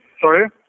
Sorry